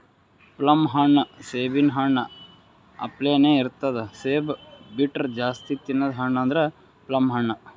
plum ಹಣ್ಣ್ ಸೇಬಿನ್ ಹಣ್ಣ ಅಪ್ಲೆನೇ ಇರ್ತದ್ ಸೇಬ್ ಬಿಟ್ರ್ ಜಾಸ್ತಿ ತಿನದ್ ಹಣ್ಣ್ ಅಂದ್ರ ಪ್ಲಮ್ ಹಣ್ಣ್